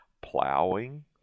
Plowing